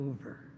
over